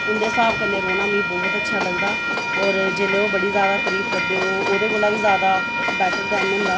उं'दे स्हाब कन्नै रौह्ना मिगी बहुत अच्छा लगदा होर जिसलै ओह् बड़ी जैदा तरीफ करदे ओह् ओह्दे कोला बी जैदा बैटर दिन होंदा